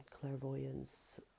clairvoyance